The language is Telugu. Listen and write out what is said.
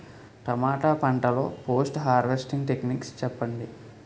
టమాటా పంట లొ పోస్ట్ హార్వెస్టింగ్ టెక్నిక్స్ చెప్పండి?